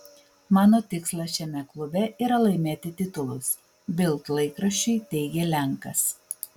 mano tikslas šiame klube yra laimėti titulus bild laikraščiui teigė lenkas